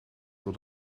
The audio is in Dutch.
tot